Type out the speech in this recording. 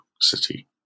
city